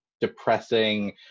depressing